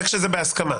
זה כשזה בהסכמה.